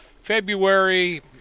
February